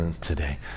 today